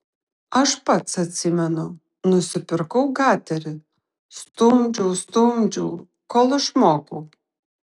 aš pats atsimenu nusipirkau gaterį stumdžiau stumdžiau kol išmokau